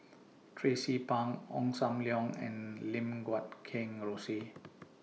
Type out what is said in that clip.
Tracie Pang Ong SAM Leong and Lim Guat Kheng Rosie